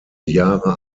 jahre